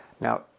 Now